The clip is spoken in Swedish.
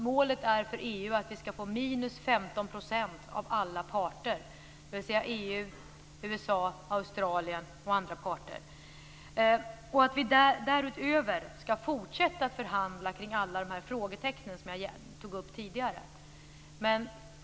Målet för EU är att vi skall få minus 15 % av alla parter, dvs. EU, USA, Australien och andra parter. Därutöver skall vi fortsätta att förhandla kring alla de frågor som jag tog upp tidigare.